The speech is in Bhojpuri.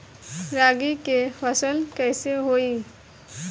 रागी के फसल कईसे होई?